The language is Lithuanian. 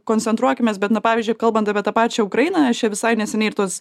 koncentruokimės bet na pavyzdžiui kalbant apie tą pačią ukrainą aš čia visai neseniai ir tos